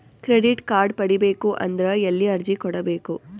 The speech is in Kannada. ಕ್ರೆಡಿಟ್ ಕಾರ್ಡ್ ಪಡಿಬೇಕು ಅಂದ್ರ ಎಲ್ಲಿ ಅರ್ಜಿ ಕೊಡಬೇಕು?